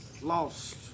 Lost